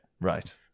right